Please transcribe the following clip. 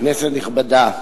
כנסת נכבדה,